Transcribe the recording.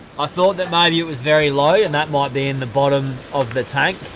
i thought that maybe it was very low, and that might be in the bottom of the tank,